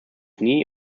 knee